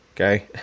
okay